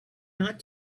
not